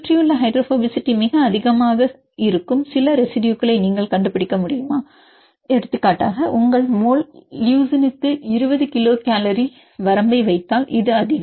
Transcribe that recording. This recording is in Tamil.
சுற்றியுள்ள ஹைட்ரோபோபசிட்டியில் மிக அதிகமாக இருக்கும் சில ரெசிடுயுகளை நீங்கள் கண்டுபிடிக்க முடியுமா எடுத்துக்காட்டாக உங்கள் மோல் LEU க்கு 20 கிலோ கலோரி 20Kcalmole வரம்பை வைத்தால் இது அதிகம்